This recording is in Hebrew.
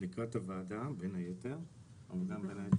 לקראת הישיבה בוועדה,